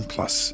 Plus